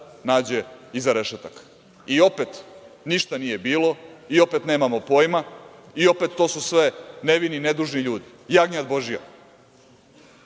nađe iza rešetaka i opet ništa nije bilo i opet nemamo pojma i opet to su sve nevini, nedužni ljudi, jagnjad Božija.Kršenje